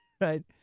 right